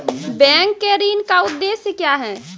Bank के ऋण का उद्देश्य क्या हैं?